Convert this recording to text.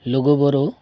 ᱞᱩᱜᱩᱵᱩᱨᱩ